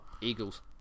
Eagles